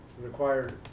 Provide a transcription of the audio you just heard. required